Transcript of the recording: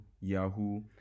Yahoo